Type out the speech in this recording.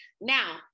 Now